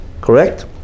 Correct